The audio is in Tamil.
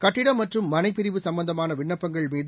கட்டிடம் மற்றும் மனைப்பிரிவு சும்பந்தமான விண்ணப்பங்கள்மீது